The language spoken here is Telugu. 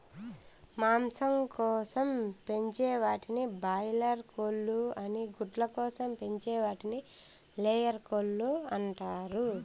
మాంసం కోసం పెంచే వాటిని బాయిలార్ కోళ్ళు అని గుడ్ల కోసం పెంచే వాటిని లేయర్ కోళ్ళు అంటారు